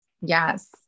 Yes